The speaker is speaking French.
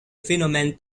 phénomènes